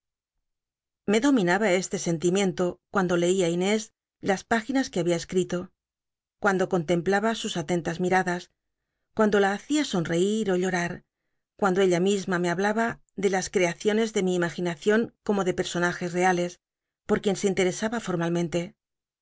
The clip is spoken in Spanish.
dom inaba este sentimiento cuando leía í l nés las p iginas que había esctito cuando contcmphcll l sus aten tas miradas cuando la hacia sonreír ó llorar cuando ella misma me hablaba de las creaciones de mi imaginaeion como t lc personajes reales pot quien se ülletcsaba formalmente